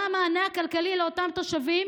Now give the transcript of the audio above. מה המענה הכלכלי לאותם תושבים